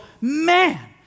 man